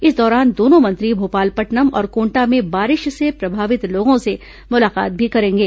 इस दौरान दोनों मंत्री भोपालपट्नम और कोंटा में बारिश से प्रभावित लोगों से मुलाकात भी करेंगे